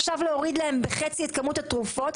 עכשיו להוריד להם בחצי את כמות התרופות,